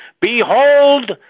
Behold